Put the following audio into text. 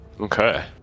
Okay